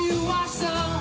you know